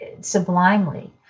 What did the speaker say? sublimely